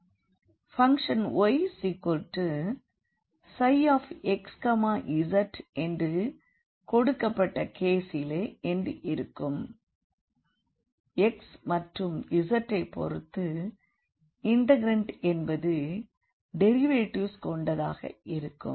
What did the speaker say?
function yψxz என்று கொடுக்கப்பட்ட கேசிலே என்று இருக்கும் x மற்றும் z ஐ பொறுத்து இண்டெக்ரண்ட் என்பது டெரிவேடிவ்ஸ் கொண்டதாக இருக்கும்